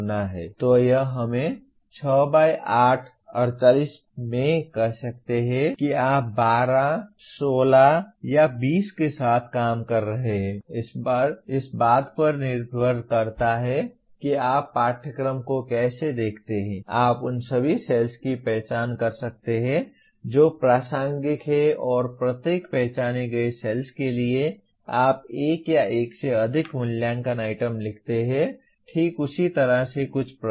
तो यह हमें 6 बाई 8 48 में कह सकता है कि आप 12 16 या 20 के साथ काम कर रहे हैं इस बात पर निर्भर करता है कि आप पाठ्यक्रम को कैसे देखते हैं आप उन सभी सेल्स की पहचान कर सकते हैं जो प्रासंगिक हैं और प्रत्येक पहचाने गए सेल के लिए आप एक या एक से अधिक मूल्यांकन आइटम लिखते हैं ठीक उसी तरह से कुछ प्रश्न